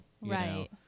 Right